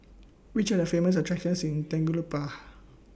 Which Are The Famous attractions in Tegucigalpa